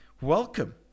welcome